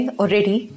already